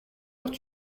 heure